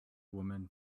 woman